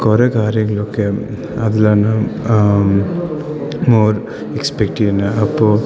കുറേ കാര്യങ്ങളൊക്കെ അതിലാണ് മോർ എക്സ്പെക്റ്റ് ചെയ്യുന്നത് അപ്പോൾ